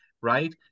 right